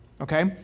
okay